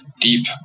deep